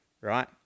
right